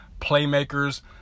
playmakers